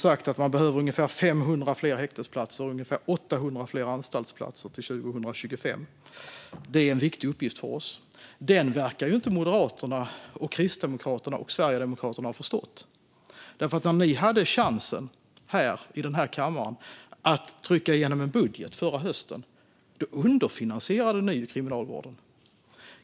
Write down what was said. Det behövs ca 500 fler häktesplatser och ca 800 fler anstaltsplatser till 2025. Men vikten av detta verkar Moderaterna, Kristdemokraterna och Sverigedemokraterna inte ha förstått. När ni förra hösten fick möjlighet att trycka igenom er budget underfinansierade ni Kriminalvården.